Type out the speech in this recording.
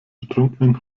betrunkenen